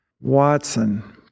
Watson